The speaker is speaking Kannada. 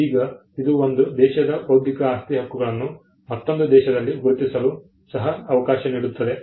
ಈಗ ಇದು ಒಂದು ದೇಶದ ಬೌದ್ಧಿಕ ಆಸ್ತಿ ಹಕ್ಕುಗಳನ್ನು ಮತ್ತೊಂದು ದೇಶದಲ್ಲಿ ಗುರುತಿಸಲು ಸಹ ಅವಕಾಶ ನೀಡುತ್ತದೆ